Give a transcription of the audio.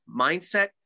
mindset